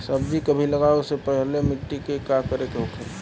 सब्जी कभी लगाओ से पहले मिट्टी के का करे के होखे ला?